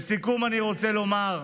לסיכום אני רוצה לומר: